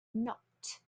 not